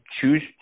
choose